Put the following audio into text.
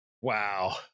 wow